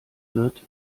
wird